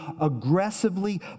aggressively